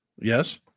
Yes